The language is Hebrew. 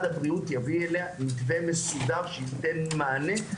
הבריאות יביא אליה מתווה מסודר שייתן מענה.